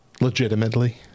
Legitimately